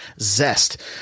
zest